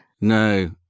No